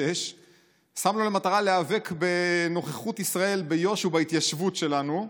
ושם לו למטרה להיאבק בנוכחות ישראל ביו"ש ובהתיישבות שלנו.